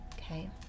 Okay